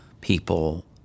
people